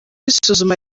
isuzuma